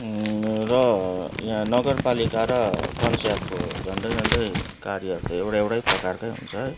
र यहाँ नगरपालिका र पञ्चायतको झन्डै झन्डै कार्यहरू त एउटा एउटै प्रकारकै हुन्छ है